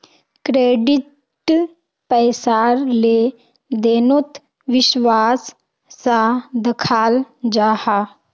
credit पैसार लें देनोत विश्वास सा दखाल जाहा